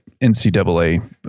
ncaa